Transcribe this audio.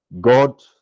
God